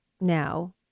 now